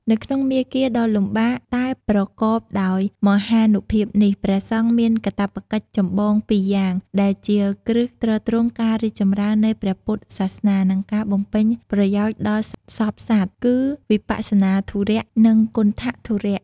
នៅក្នុងមាគ៌ាដ៏លំបាកតែប្រកបដោយមហានុភាពនេះ ព្រះសង្ឃមានកាតព្វកិច្ចចម្បងពីរយ៉ាង ដែលជាគ្រឹះទ្រទ្រង់ការរីកចម្រើននៃព្រះពុទ្ធសាសនា និងការបំពេញប្រយោជន៍ដល់សព្វសត្វ គឺ វិបស្សនាធុរៈ និង គន្ថធុរៈ។